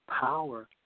power